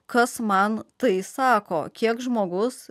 kas man tai sako kiek žmogus